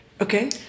Okay